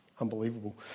unbelievable